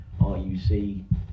RUC